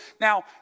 Now